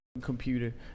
computer